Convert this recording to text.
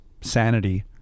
sanity